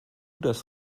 das